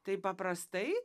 taip paprastai